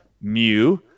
Mu